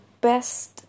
best